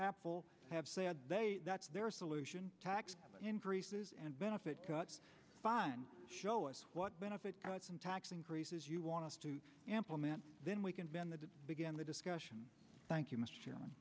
appel have said that's their solution tax increases and benefit cuts fine show us what benefit cuts and tax increases you want us to implement then we can bend the began the discussion thank you